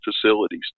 facilities